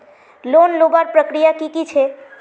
Loan लुबार प्रक्रिया की की छे?